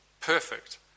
perfect